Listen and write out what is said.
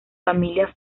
familia